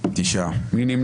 מי נגד?